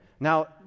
Now